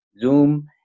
Zoom